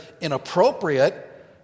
inappropriate